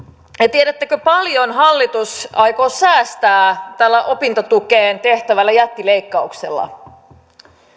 tiedättekö paljonko hallitus aikoo säästää tällä opintotukeen tehtävällä jättileikkauksella